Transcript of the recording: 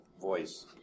voice